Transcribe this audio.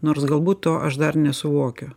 nors galbūt to aš dar nesuvokiu